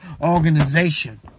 organization